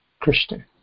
Christian